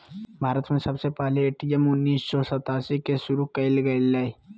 भारत में सबसे पहले ए.टी.एम उन्नीस सौ सतासी के शुरू कइल गेलय